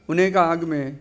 उन ए खां अॻ में